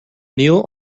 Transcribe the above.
neil